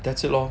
that's it lor